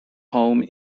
home